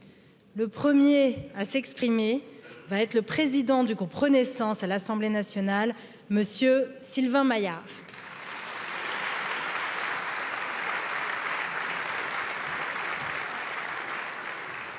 Le 1ᵉʳ à s'exprimer être le président du groupe Renaissance à l'assemblée nationale, M. Sylvain Maillard.